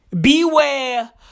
Beware